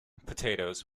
potatoes